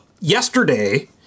Yesterday